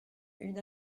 une